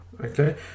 Okay